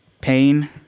pain